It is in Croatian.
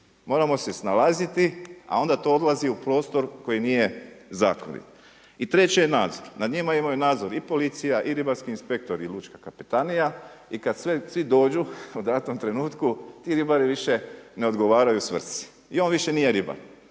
moramo se snalaziti, a onda to odlazi u prostor koji nije zakonit. I treće je nadzor. Nad njima imaju nadzor i policija i ribarski inspektor i lučka kapetanija i kada svi dođu u datom trenutku ti ribari više ne odgovaraju svrsi i on više nije ribar